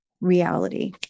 reality